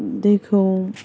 दैखौ